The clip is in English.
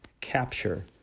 capture